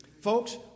Folks